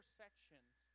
sections